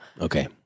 Okay